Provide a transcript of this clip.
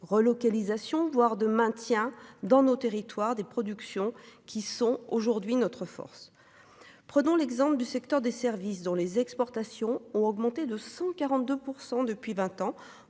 relocalisation, voire de maintien dans nos territoires des productions qui sont aujourd'hui notre force. Prenons l'exemple du secteur des services dont les exportations ont augmenté de 142% depuis 20 ans